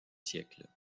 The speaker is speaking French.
siècles